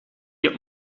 heb